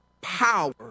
power